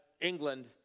England